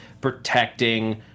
protecting